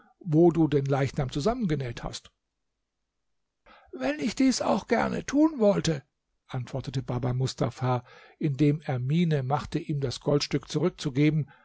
wo du den leichnam zusammengenäht hast wenn ich dies auch gern tun wollte antwortete baba mustafa indem er miene machte ihm das goldstück zurückzugeben